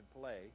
play